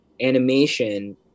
animation